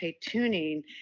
tuning